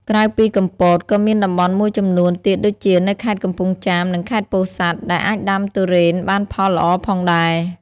ក្រៅពីកំពត ក៏មានតំបន់មួយចំនួនទៀតដូចជានៅខេត្តកំពង់ចាម និងខេត្តពោធិ៍សាត់ ដែលអាចដាំទុរេនបានផលល្អផងដែរ។